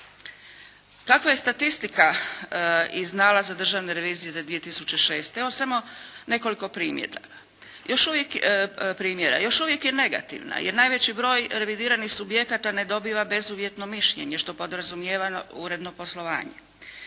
Kakva je statistika iz nalaza državne revizije za 2006. Evo, samo nekoliko primjedaba. Još uvijek, primjera, još uvijek je negativna jer najveći broj revidiranih subjekata ne dobiva bezuvjetno mišljenje što podrazumijeva uredno poslovanje.